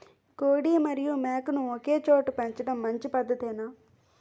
కోడి మరియు మేక ను ఒకేచోట పెంచడం మంచి పద్ధతేనా?